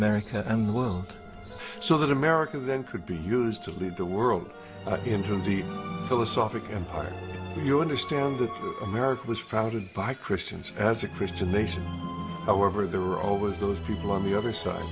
america and the world so that america then could be used to lead the world into a deep philosophical empire if you understand that america was founded by christians as a christian nation however there were always those people on the other side